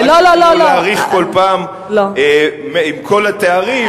ולהאריך כל פעם עם כל התארים,